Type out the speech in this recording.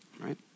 right